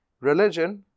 Religion